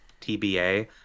TBA